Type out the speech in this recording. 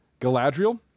Galadriel